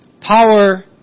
power